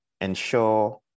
ensure